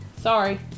sorry